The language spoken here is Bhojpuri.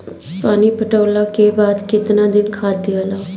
पानी पटवला के बाद केतना दिन खाद दियाला?